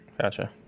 Gotcha